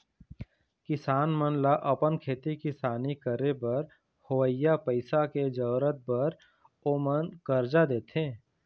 किसान मन ल अपन खेती किसानी करे बर होवइया पइसा के जरुरत बर ओमन करजा देथे